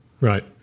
Right